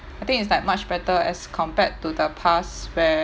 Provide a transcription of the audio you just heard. I think it's like much better as compared to the past where